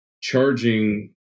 charging